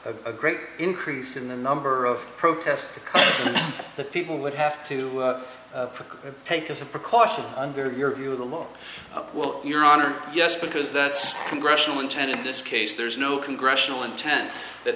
a great increase in the number of protests that people would have to take as a precaution under your view of the law well your honor yes because that's congressional intent in this case there's no congressional intent that